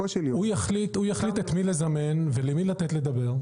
הוא יחליט את מי לזמן ולמי לתת לדבר.